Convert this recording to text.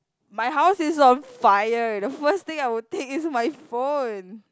my house is on fire the first thing I would take is my phone